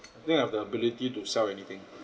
I think I've the ability to sell anything